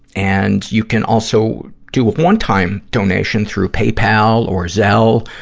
and, you can also do a one-time donation through paypal or zelle.